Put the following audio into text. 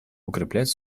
укреплять